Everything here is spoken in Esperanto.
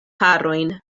harojn